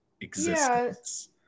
existence